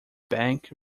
bank